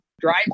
drive